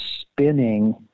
spinning